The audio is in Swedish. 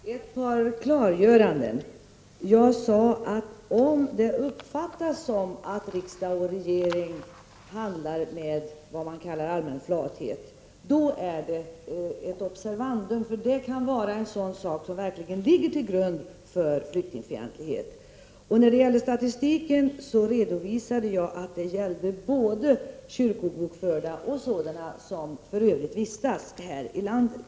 Fru talman! Ett par klargöranden. Jag sade att om det uppfattas som att riksdag och regering handlar med vad man kallar allmän flathet, då är det ett observandum. Det kan vara just sådana saker som verkligen ligger till grund för flyktingfientlighet. När det gäller statistiken sade jag att det gällde både kyrkobokförda och sådana som för övrigt vistas i landet.